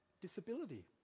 disability